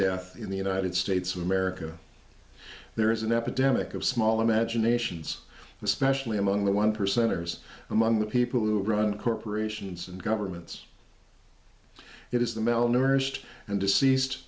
death in the united states of america there is an epidemic of small imaginations especially among the one percenters among the people who run corporations and governments it is the malnourished and deceased